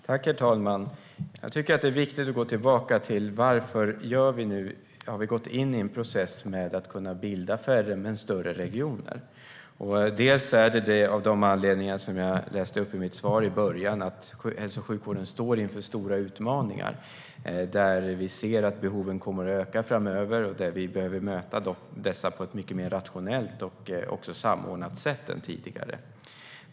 Herr talman! Jag tycker att det är viktigt att gå tillbaka till varför vi har gått in i en process med att bilda färre men större regioner. Det är delvis av de anledningar som jag angav i mitt svar - att hälso och sjukvården står inför stora utmaningar där vi ser att behoven kommer att öka framöver och där vi behöver möta dessa på ett mycket mer rationellt och även samordnat sätt än tidigare.